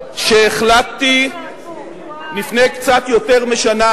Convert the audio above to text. כשהחלטתי לפני קצת יותר משנה,